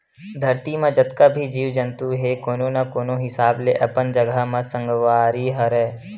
धरती म जतका भी जीव जंतु हे कोनो न कोनो हिसाब ले अपन जघा म संगवारी हरय